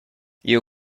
you